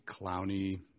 clowny